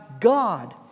God